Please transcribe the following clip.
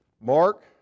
Mark